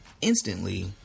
Instantly